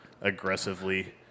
aggressively